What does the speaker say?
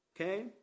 Okay